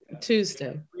Tuesday